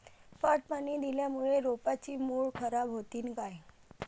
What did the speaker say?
पट पाणी दिल्यामूळे रोपाची मुळ खराब होतीन काय?